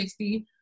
60